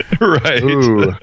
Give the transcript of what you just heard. right